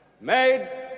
made